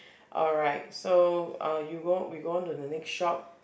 alright so uh you go we go on to the next shop